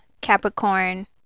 Capricorn